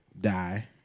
Die